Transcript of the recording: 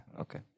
Okay